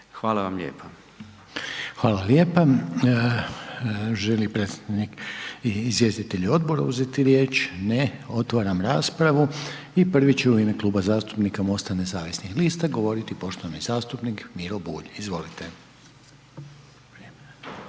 Hvala lijepa. Želi li predstavnik, izvjestitelj odbora uzeti riječ? Ne, otvaram raspravu i prvi će u ime Kluba zastupnika MOST-a nezavisnih lista govoriti poštovani zastupnik Miro Bulj. Izvolite.